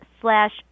slash